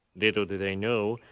little do they know,